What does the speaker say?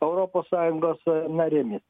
europos sąjungos narėmis